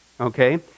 Okay